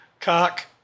Cock